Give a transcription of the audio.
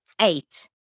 Eight